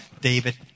David